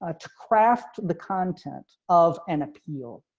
ah to craft the content of an appeal.